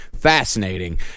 fascinating